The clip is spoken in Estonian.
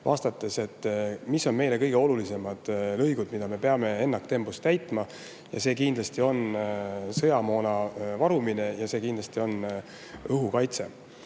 vastates –, mis on meile kõige olulisemad lõigud, mida me peame ennaktempos täitma. See kindlasti on sõjamoona varumine ja kindlasti õhukaitse